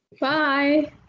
Bye